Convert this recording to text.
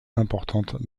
importante